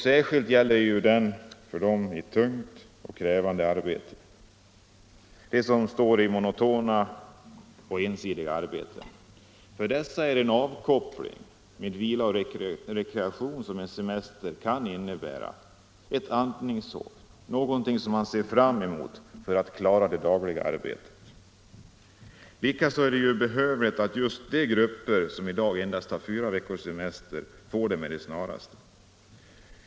Särskilt gäller det de arbetare som står i tungt och krävande arbete och i monotona och ensidiga arbeten. För dessa är den avkoppling med vila och rekreation som en semester kan innebära ett andningshål, någonting som man ser fram mot för att klara av arbetet. Det är behövligt att just de grupper som i dag endast har fyra veckors semester med det snaraste får fem veckors semester.